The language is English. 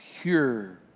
pure